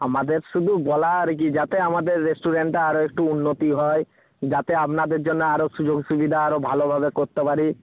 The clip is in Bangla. আমাদের শুধু বলা আর কি যাতে আমাদের রেস্টুরেন্টটা আরও একটু উন্নতি হয় যাতে আপনাদের জন্য আরও সুযোগ সুবিধা আরও ভালোভাবে করতে পারি